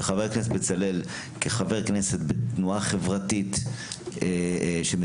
וחבר הכנסת בצלאל כחבר כנסת בתנועה חברתית שמטפלים